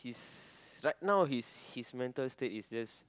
his right now his his mental state is just